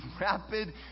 rapid